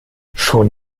schon